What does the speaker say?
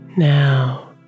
Now